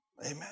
Amen